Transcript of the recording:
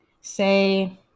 Say